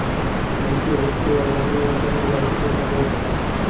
phone pay হচ্ছে এক রকমের ইন্টারনেট বাহিত পেমেন্ট ব্যবস্থা